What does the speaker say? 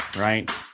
right